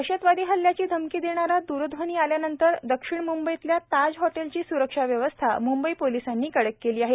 दहशतवादी हल्ल्याची धमकी देणारा दुरध्वनी आल्यानंतर दक्षिण मुंबईतल्या ताज हॉटेलची स्रक्षाव्यवस्था मुंबई पोलिसांनी कडक केली आहे